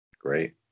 Great